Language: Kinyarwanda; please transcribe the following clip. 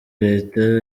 leta